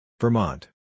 Vermont